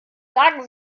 sagen